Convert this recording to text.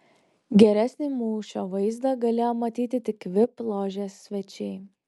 geresnį mūšio vaizdą galėjo matyti tik vip ložės svečiai